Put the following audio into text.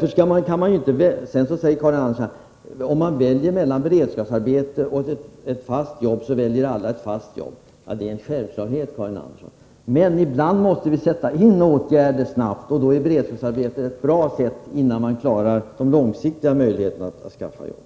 sysselsättningssynpunkt är viktiga? Sedan säger Karin Andersson: Om man får välja mellan beredskapsarbete och fast arbete, väljer alla ett fast jobb. Det är en självklarhet, Karin Andersson. Men ibland måste vi sätta in åtgärder snabbt, och då är beredskapsarbete ett bra medel innan man på lång sikt kan skaffa fasta jobb.